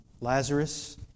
Lazarus